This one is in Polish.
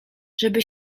żeby